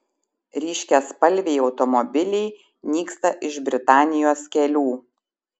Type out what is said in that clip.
ryškiaspalviai automobiliai nyksta iš britanijos kelių